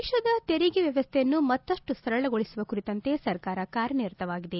ದೇಶದ ತೆರಿಗೆ ವ್ಲವಸ್ಥೆಯನ್ನು ಮತ್ತಷ್ಟು ಸರಳಗೊಳಿಸುವ ಕುರಿತಂತೆ ಸರ್ಕಾರ ಕಾರ್ಯನಿರತವಾಗಿದೆ